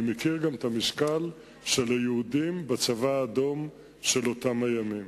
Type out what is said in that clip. אני גם מכיר את המשקל של היהודים בצבא האדום של אותם הימים.